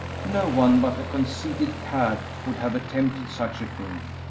no one but a conceited cad would have attempted such a thing,